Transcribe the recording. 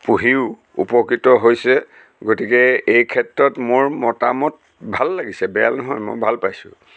পঢ়িও উপকৃত হৈছে গতিকে এই ক্ষেত্ৰত মোৰ মতামত ভাল লাগিছে বেয়া নহয় মই ভাল পাইছোঁ